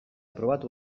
probatu